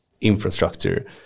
infrastructure